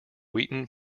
wheaton